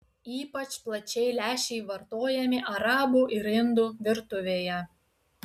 ypač plačiai lęšiai vartojami arabų ir indų virtuvėje